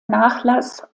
nachlass